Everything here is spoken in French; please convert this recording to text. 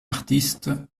artiste